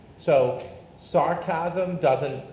so sarcasm doesn't,